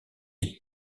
est